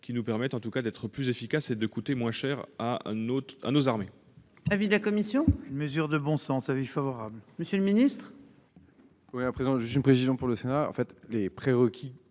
qui nous permet en tout cas d'être plus efficace et de coûter moins cher à un autre